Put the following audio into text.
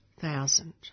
thousand